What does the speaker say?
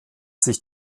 sich